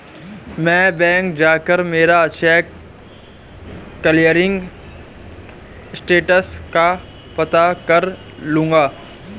मैं बैंक जाकर मेरा चेक क्लियरिंग स्टेटस का पता कर लूँगा